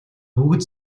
бүгд